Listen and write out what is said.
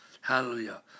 Hallelujah